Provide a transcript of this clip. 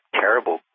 terrible